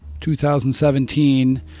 2017